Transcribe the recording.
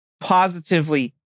positively